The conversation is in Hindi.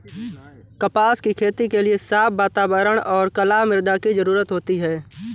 कपास की खेती के लिए साफ़ वातावरण और कला मृदा की जरुरत होती है